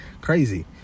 Crazy